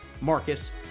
Marcus